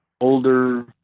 older